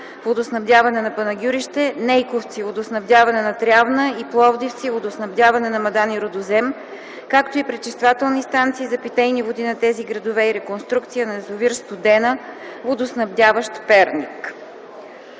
(водоснабдяване на Панагюрище), „Нейковци” (водоснабдяване на Трявна) и „Пловдивци” (водоснабдяване на Мадан и Рудозем), както и пречиствателни станции за питейни води на тези градове и реконструкция на язовир „Студена”, водоснабдяващ Перник.